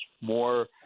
more